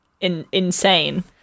insane